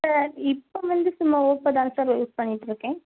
sir இப்போ வந்து சும்மா ஓப்போ தான் சார் யூஸ் பண்ணிகிட்டுருக்கேன்